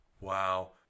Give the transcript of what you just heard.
Wow